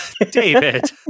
David